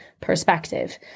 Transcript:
perspective